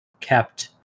kept